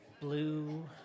blue